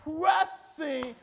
pressing